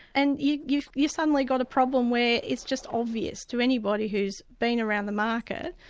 and you've you've suddenly got a problem where it's just obvious to anybody who's been around the market,